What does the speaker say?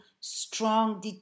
strong